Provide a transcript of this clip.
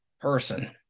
person